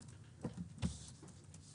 בבקשה.